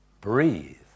breathe